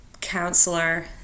counselor